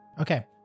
Okay